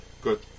Good